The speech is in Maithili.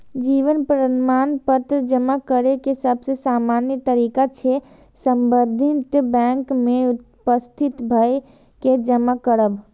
जीवन प्रमाण पत्र जमा करै के सबसे सामान्य तरीका छै संबंधित बैंक में उपस्थित भए के जमा करब